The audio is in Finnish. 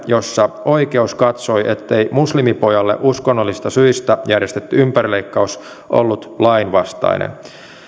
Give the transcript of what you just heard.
jossa oikeus katsoi ettei muslimipojalle uskonnollisista syistä järjestetty ympärileikkaus ollut lainvastainen